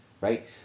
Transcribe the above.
Right